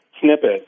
snippet